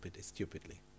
stupidly